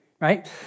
right